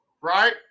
right